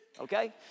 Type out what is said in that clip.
okay